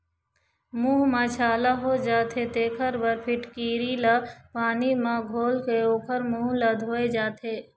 मूंह म छाला हो जाथे तेखर बर फिटकिरी ल पानी म घोलके ओखर मूंह ल धोए जाथे